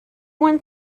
one